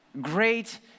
Great